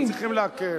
אבל אנחנו צריכים להקל.